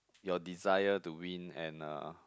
your desire to win and uh